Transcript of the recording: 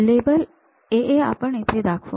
label आपण इथे दाखवू